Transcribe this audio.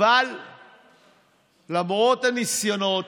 אבל למרות הניסיונות